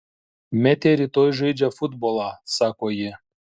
metė rytoj žaidžia futbolą sako ji